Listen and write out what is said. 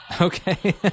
Okay